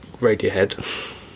radiohead